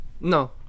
No